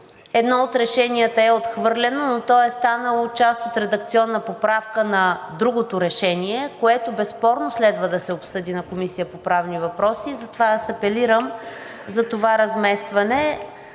едно от решенията е отхвърлено, но то е станало част от редакционна поправка на другото решение, което безспорно следва да се обсъди на Комисията по правни въпроси. Затова аз апелирам за това разместване